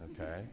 okay